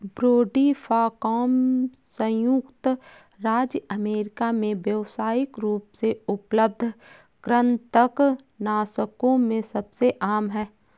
brodifacoum संयुक्त राज्य America में व्यावसायिक रूप से उपलब्ध कृंतकनाशकों में सबसे आम है